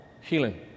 healing